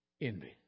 Envy